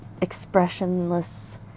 expressionless